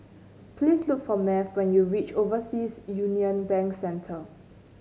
please look for Math when you reach Overseas Union Bank Center